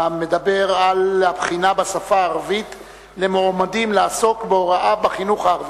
המדבר על הבחינה בשפה הערבית למועמדים לעסוק בהוראה בחינוך הערבי.